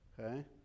okay